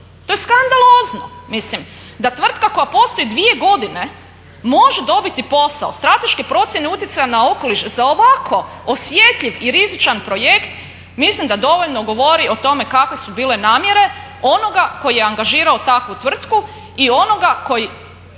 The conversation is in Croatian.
To je skandalozno. Mislim da tvrtka koja postoji 2 godine može dobiti posao strateške procjene utjecaja na okoliš za ovako osjetljiv i rizičan projekt mislim da dovoljno govori o tome kakve su bile namjere onoga koji je angažirao takvu tvrtku i onoga koji